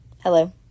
Hello